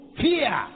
fear